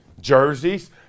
jerseys